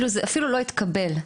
זה אפילו לא התקבל.